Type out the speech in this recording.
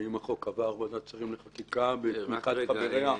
האם החוק עבר ועדת שרים לחקיקה בתמיכת חבריה?